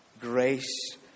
Grace